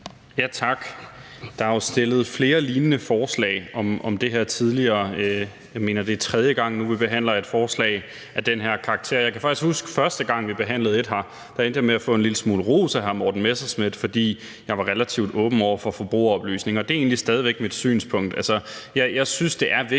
Tak. Der er jo fremsat flere lignende forslag om det her tidligere. Jeg mener, det er tredje gang nu, vi behandler et forslag af den her karakter. Jeg kan faktisk huske den første gang, vi behandlede et af dem her. Der endte jeg med at få en lille smule ros af hr. Morten Messerschmidt, fordi jeg var relativt åben over for forbrugeroplysninger, og det er egentlig stadig væk mit synspunkt.